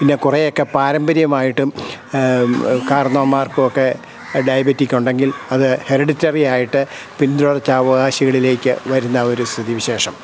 പിന്നെ കുറേയൊക്കെ പാരമ്പര്യമായിട്ടും കാർന്നോന്മാർക്കുമൊക്കെ ഡയബെറ്റിക്കുണ്ടെങ്കിൽ അത് ഹെറിഡിറ്ററി ആയിട്ട് പിന്തുടർച്ചാവകാശികളിലേക്കു വരുന്ന ഒരു സ്ഥിതി വിശേഷം